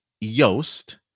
Yost